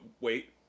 wait